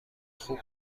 خوب